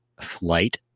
flight